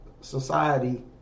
society